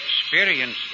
Experience